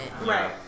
right